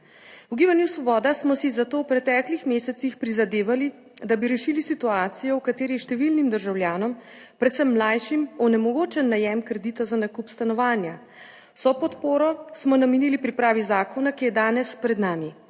V gibanju Svoboda smo si zato v preteklih mesecih prizadevali, da bi rešili situacijo, v kateri je številnim državljanom, predvsem mlajšim, onemogočen najem kredita za nakup stanovanja. Vso podporo smo namenili pripravi zakona, ki je danes pred nami.